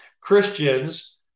Christians